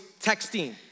texting